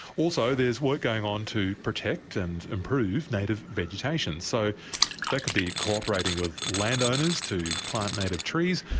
also there is work going on to protect and improve native vegetation. so that could be cooperating with landowners to plant native trees,